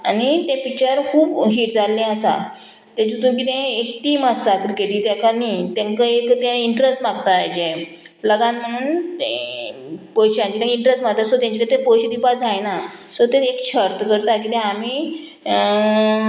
आनी तें पिक्चर खूब हीट जाल्लें आसा तेतून कितें एक टीम आसता क्रिकेटी ताका न्ही तांकां एक तें इंट्रस्ट मागता हेजें लगान म्हणून तें पयशांचें इंट्रस्ट मागता सो तेंचे कडेन पयशे दिवपाक जायना सो ते एक शर्त करता किदें आमी